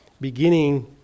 beginning